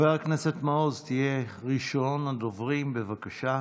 חבר הכנסת מעוז, תהיה ראשון הדוברים, בבקשה.